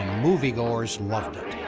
movie goers loved it.